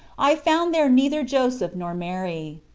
i found there neither joseph nor mary.